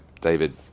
David